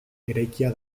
eraikia